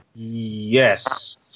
Yes